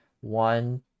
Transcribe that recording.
one